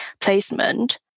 placement